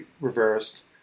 reversed